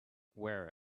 wear